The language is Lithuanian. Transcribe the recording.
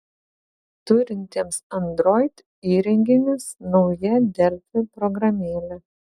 turintiems android įrenginius nauja delfi programėlė